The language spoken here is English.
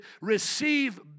receive